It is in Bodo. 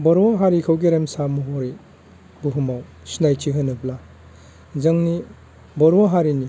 बर' हारिखौ गेरेमसा महरै बुहुम सिनायथि होनोब्ला जोंनि बर' हारिनि